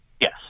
Yes